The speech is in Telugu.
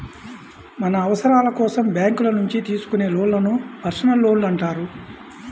మన అవసరాల కోసం బ్యేంకుల నుంచి తీసుకునే లోన్లను పర్సనల్ లోన్లు అంటారు